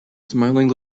smiling